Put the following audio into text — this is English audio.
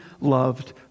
loved